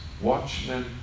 watchmen